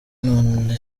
none